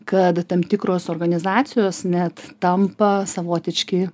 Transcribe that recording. kad tam tikros organizacijos net tampa savotiški